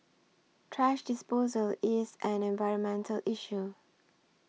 thrash disposal is an environmental issue